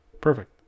Perfect